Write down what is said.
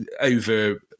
over